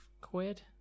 quid